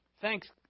Thanks